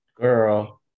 Girl